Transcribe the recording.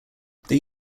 they